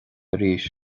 arís